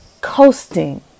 coasting